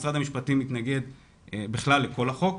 משרד המשפטים מתנגד בכלל לכל החוק.